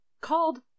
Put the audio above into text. called